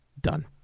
Done